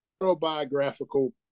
autobiographical